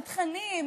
על תכנים,